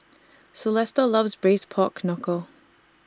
Celesta loves Braised Pork Knuckle